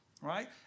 Right